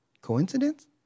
coincidence